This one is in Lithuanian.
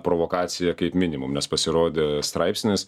provokacija kaip minimum nes pasirodė straipsnis